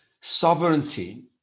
sovereignty